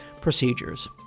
procedures